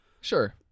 Sure